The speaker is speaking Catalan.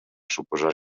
suposar